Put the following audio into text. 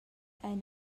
ein